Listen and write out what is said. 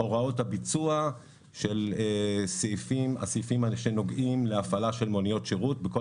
הוראות הביצוע של הסעיפים שנוגעים להפעלה של מוניות שירות בכל